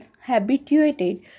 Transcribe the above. habituated